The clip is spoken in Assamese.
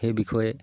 সেই বিষয়ে